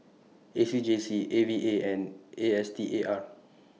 A C J C A V A and A S T A R